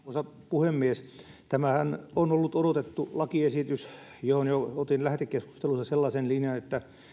puhemies tämähän on ollut odotettu lakiesitys johon jo otin lähetekeskustelussa sellaisen linjan että